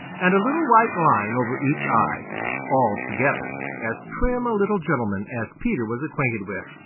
and a little white line over each eye altogether as trim a little gentleman as peter was acquainted with.